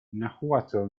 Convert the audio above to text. nahuatl